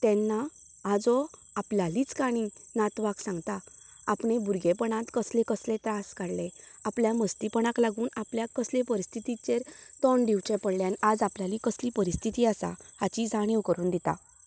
तेन्ना आजो आपल्यालीच काणी नातवाक सांगता आपणे भुरगेंपणात कसलें कसलें त्रास काडले आपल्या मस्तीपणाक लागून आपल्याक कसली परिस्थितीचेर तोंड दिवचें पडलें आनी आयज आपल्याली कसली परिस्थिती आसा हाची जाणीव करून दिता